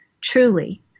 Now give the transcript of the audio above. Truly